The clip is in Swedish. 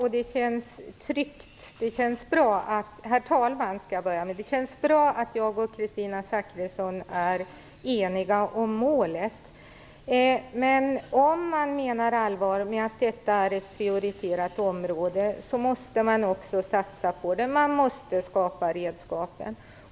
Herr talman! Det känns bra att jag och Kristina Zakrisson är eniga om målet. Men om man menar allvar med att detta är ett prioriterat område måste man också satsa på det. Man måste skapa redskapen.